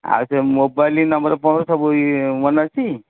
ଆଉ ସେ ମୋବାଇଲ୍ ନମ୍ବରଫମ୍ବର ସବୁ ଇଏ ମନେଅଛି